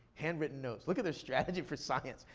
handwritten notes. look at their strategy for science.